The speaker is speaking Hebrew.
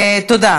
תודה.